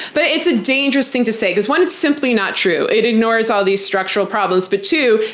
but it's a dangerous thing to say cause one, it's simply not true. it ignores all these structural problems. but two,